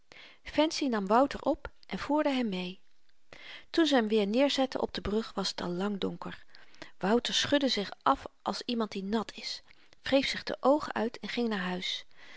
fancy nam wouter op en voerde hem mee toen ze hem weer neerzette op de brug was t al lang donker wouter schudde zich af als iemand die nat is wreef zich de oogen uit en ging naar huis